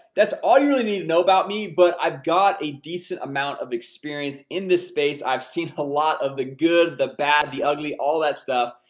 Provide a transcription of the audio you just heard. that's all you really need to know about me. but i've got a decent amount of experience in this space. i've seen a lot of the good, the bad, the ugly, all that stuff.